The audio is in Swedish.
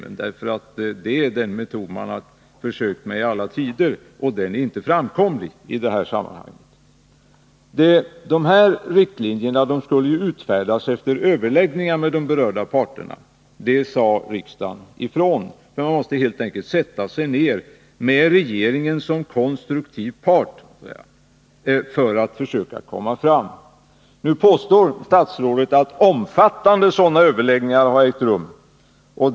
Det är nämligen den metod som man — Om den regionala har försökt med i alla tider, och det är inte en framkomlig väg i detta kollektivtrafikförsammanhang. sörjningen Riktlinjerna skulle utfärdas efter överläggningar med berörda parter — det sade riksdagen ifrån. Företrädare för SJ, de regionala huvudmännen och regeringen måste helt enkelt sätta sig ned och med regeringen som konstruktiv part försöka komma fram till en lösning. Nu påstår statsrådet att ”omfattande” sådana överläggningar har ägt rum.